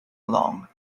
long